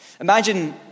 Imagine